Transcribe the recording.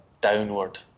downward